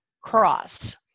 cross